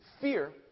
Fear